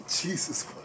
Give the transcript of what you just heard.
Jesus